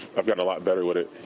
i've gotten a lot better with it,